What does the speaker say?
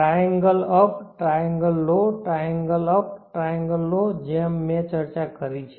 triangle up triangle low triangle up triangle low જેમ મેં ચર્ચા કરી છે